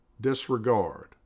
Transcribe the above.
disregard